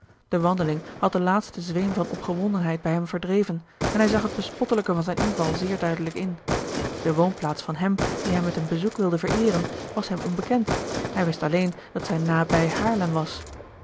de wandeling had den laatsten zweem van opgewondenheid bij hem verdreven en hij zag het bespottelijke van zijn inval zeer duidelijk in de woonplaats van hem dien hij met een bezoek wilde vereeren was hem onbekend hij wist alleen dat zij nabij haarlem was